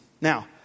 Now